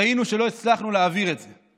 טעינו שלא הצלחנו להעביר את זה.